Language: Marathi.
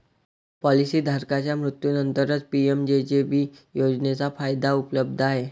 पॉलिसी धारकाच्या मृत्यूनंतरच पी.एम.जे.जे.बी योजनेचा फायदा उपलब्ध आहे